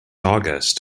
august